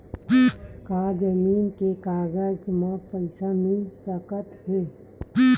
का जमीन के कागज म पईसा मिल सकत हे?